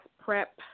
prep